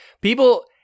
People –